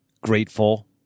grateful